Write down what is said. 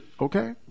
okay